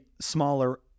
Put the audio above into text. smaller